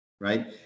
right